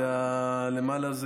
ולמעלה,